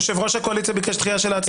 יושב-ראש הקואליציה ביקש דחייה של ההצבעה?